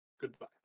goodbye